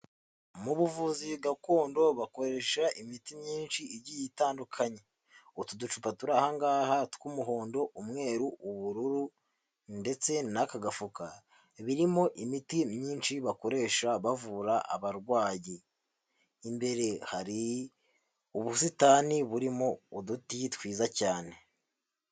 Mu buvuzi gakondo bakoresha imiti myinshi igiye itandukanye, utu ducupa turi ahangaha tw'umuhondo, umweru, ubururu, ndetse n'aka gafuka birimo imiti myinshi bakoresha bavura abarwayi. Imbere hari ubusitani burimo uduti twiza cyane.